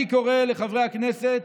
אני קורא לחברי הכנסת